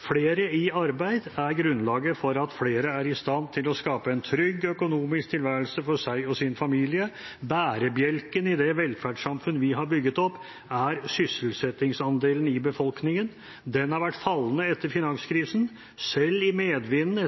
Flere i arbeid er grunnlaget for at flere er i stand til å skape en trygg økonomisk tilværelse for seg og sin familie. Bærebjelken i det velferdssamfunn vi har bygget opp, er sysselsettingsandelen i befolkningen. Den har vært fallende etter finanskrisen, selv i medvinden